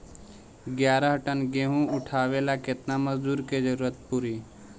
ग्यारह टन गेहूं उठावेला केतना मजदूर के जरुरत पूरी?